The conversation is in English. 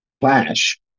flash